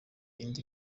indi